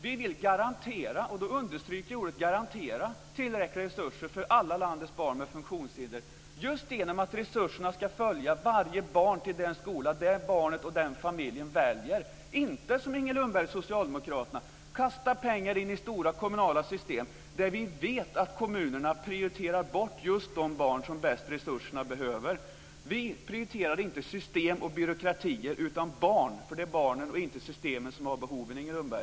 Vi vill garantera, och då stryker jag under ordet garantera, tillräckliga resurser för alla landets barn med funktionshinder, just genom att resurserna ska följa varje barn till den skola det barnet och den familjen väljer. Vi gör inte som Inger Lundberg och socialdemokraterna, kastar in pengar i stora kommunala system, där vi vet att kommunerna prioriterar bort just de barn som behöver resurserna bäst. Vi prioriterar inte system och byråkratier, utan barn. Det är barnen och inte systemen som har behoven, Inger